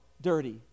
dirty